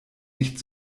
nicht